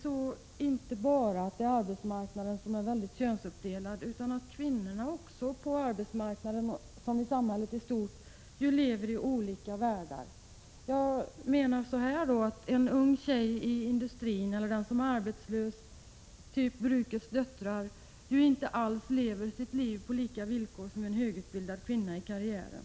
Det är inte bara så att arbetsmarknaden är starkt könsuppdelad, utan det är också så att kvinnorna på arbetsmarknaden, liksom i samhället i övrigt, lever i olika världar. En ung tjej i industrin eller en arbetslös — flickor av typen brukets döttrar — lever ju inte alls på samma villkor som en högt utbildad kvinna i karriären.